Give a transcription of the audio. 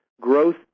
growth